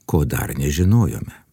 ko dar nežinojome